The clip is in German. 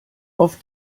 auf